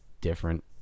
different